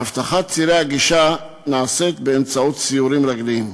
אבטחת צירי הגישה נעשית באמצעות סיורים רגליים,